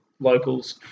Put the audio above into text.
Locals